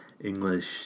English